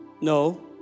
No